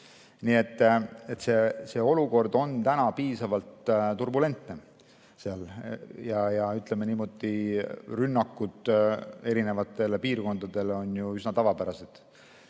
Nii et see olukord on täna piisavalt turbulentne seal ja, ütleme niimoodi, rünnakud erinevatele piirkondadele on üsna tavapärased. Teiseks,